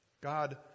God